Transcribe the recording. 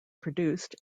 produced